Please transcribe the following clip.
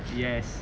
yes